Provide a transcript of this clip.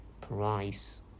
price